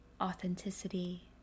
authenticity